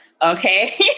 Okay